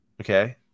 Okay